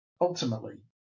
ultimately